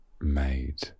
made